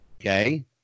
okay